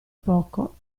poco